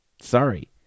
Sorry